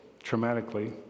traumatically